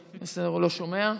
בסדר, הוא לא שומע.